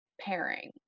pairing